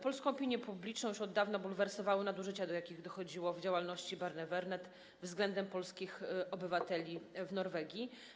Polską opinię publiczną już od dawna bulwersowały nadużycia, do jakich dochodziło w ramach działalności Barnevernet względem polskich obywateli w Norwegii.